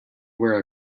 wear